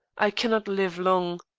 i cannot live long.